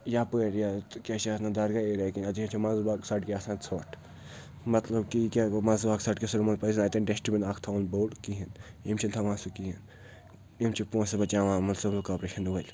یَپٲرۍ یہِ کیٛاہ چھِ اَتھ ونان درگاہ ایریا کِنۍ اَتہِ چھِ منٛزباگ سڑکہِ آسان ژھۄٹھ مطلب کہِ یہِ کٛاہ گوٚو منٛزٕ سڑکہِ ژھۄٹھ یِمَن پزِ نہٕ اَتین ڈسٹبِن اَکھ تھاوُن بوٚڑ کِہیٖنۍ یِم چھِنہٕ تھاوان سُہ کِہیٖنۍ یِم چھِ پونٛسہٕ بَچاوان مُنسپٕل کاپریشَن وٲلۍ